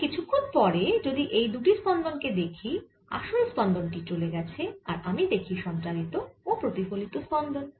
তাই কিছুক্ষন পরে যদি এই দুটি স্পন্দন কে দেখি আসল স্পন্দন টি চলে গেছে আর আমি দেখি সঞ্চারিত ও প্রতিফলিত স্পন্দন